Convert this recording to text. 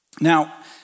Now